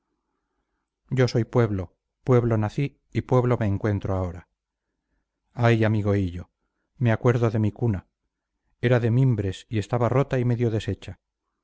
yo soy pueblo pueblo nací y pueblo me encuentro ahora ay amigo hillo me acuerdo de mi cuna era de mimbres y estaba rota y medio deshecha